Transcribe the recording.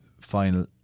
final